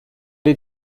did